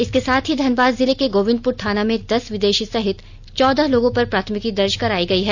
इसके साथ ही धनबाद जिले के गोविंदपुर थाना में दस विदेषी सहित चौदह लोगों पर प्राथमिकी दर्ज कराई गई है